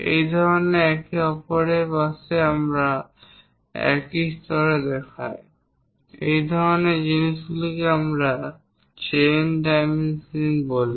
এই ধরনের একে অপরের পাশে যদি আমরা একই স্তরে দেখাই এই ধরনের জিনিসগুলিকে আমরা চেইন ডাইমেনশনিং বলি